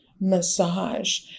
massage